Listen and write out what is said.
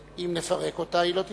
אם נפרק אותה היא לא תתפוצץ.